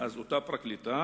אז אותה פרקליטה,